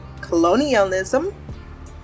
colonialism